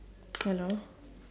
hello